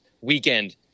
weekend